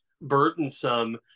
burdensome